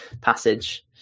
passage